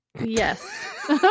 Yes